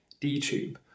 DTube